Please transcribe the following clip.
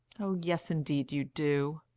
oh yes, indeed you do.